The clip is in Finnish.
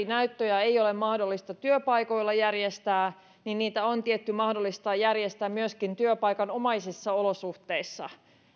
näyttöjä ei ole mahdollista työpaikoilla järjestää niin niitä on tietty mahdollista järjestää myöskin työpaikanomaisissa olosuhteissa